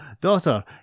daughter